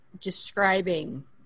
describing